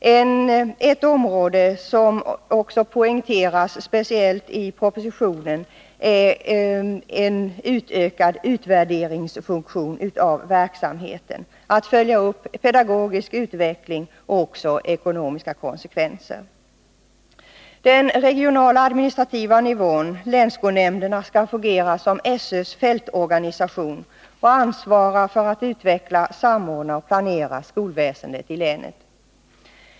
Ett område som också poängteras speciellt i propositionen är en utökad utvärdering av verksamheten, att följa upp pedagogisk utveckling och ekonomiska konsekvenser. Den regionala administrativa nivån — länsskolnämnderna — skall fungera som SÖ:s fältorganisation och ansvara för att utveckla, samordna och planera skolväsendet i länet.